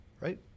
right